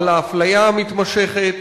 על האפליה המתמשכת.